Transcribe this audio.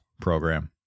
program